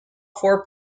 four